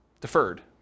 Deferred